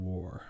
War